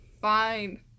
Fine